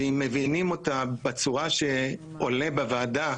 ואם מבינים אותה בצורה שעולה בוועדה,